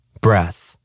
Breath